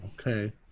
Okay